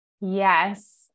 Yes